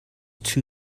too